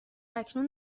اکنون